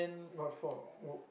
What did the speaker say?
what what for